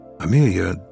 Amelia